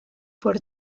por